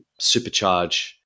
supercharge